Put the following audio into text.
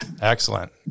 excellent